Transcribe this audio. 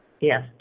yes